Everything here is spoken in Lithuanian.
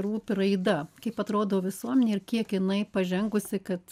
rūpi raida kaip atrodo visuomenė ir kiek jinai pažengusi kad